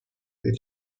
del